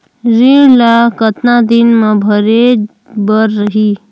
ऋण ला कतना दिन मा भरे बर रही?